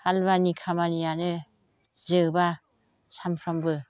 हालुवानि खामानियानो जोबा सामफ्रामबो